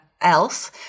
else